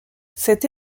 cette